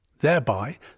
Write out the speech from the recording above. thereby